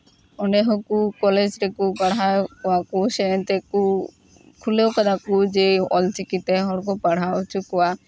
ᱚᱸᱰᱮ ᱦᱚᱸᱠᱚ ᱠᱚᱞᱮᱡᱽ ᱨᱮᱠᱚ ᱯᱟᱲᱦᱟᱣᱮᱫ ᱠᱚᱣᱟ ᱠᱩ ᱥᱮ ᱮᱱᱛᱮᱠᱩ ᱠᱷᱩᱞᱟᱹᱣ ᱠᱟᱫᱟ ᱠᱩ ᱡᱮ ᱚᱞᱪᱤᱠᱤ ᱛᱮ ᱦᱚᱲ ᱠᱚ ᱯᱟᱲᱦᱟᱣ ᱦᱚᱪᱚ ᱠᱟᱣᱟ